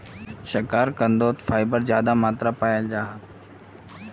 शकार्कंदोत फाइबर ज्यादा मात्रात पाल जाहा